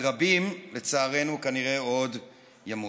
ורבים לצערנו כנראה עוד ימותו.